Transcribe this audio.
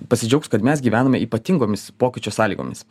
pasidžiaugs kad mes gyvename ypatingomis pokyčio sąlygomis